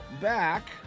back